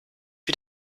wie